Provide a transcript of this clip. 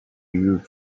you